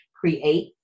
create